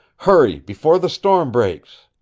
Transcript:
hurry before the storm breaks!